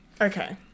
Okay